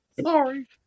sorry